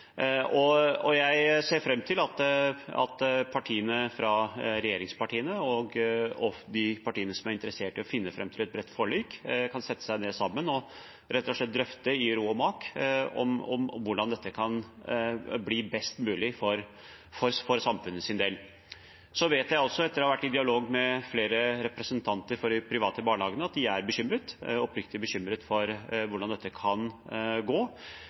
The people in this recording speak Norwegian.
regjeringspartiene og de partiene som er interessert i å finne fram til et bredt forlik, kan sette seg ned sammen og rett og slett drøfte i ro og mak hvordan dette kan bli best mulig for samfunnets del. Så vet jeg også, etter å ha vært i dialog med flere representanter for de private barnehagene, at de er oppriktig bekymret for hvordan dette kan gå.